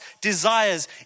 desires